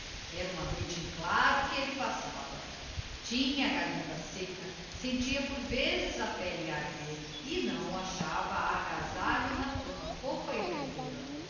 era uma noite em claro que elle passava tinha a garganta secca sentia por vezes a pelle a arder e não achava agasalho na cama fofa e tranquilla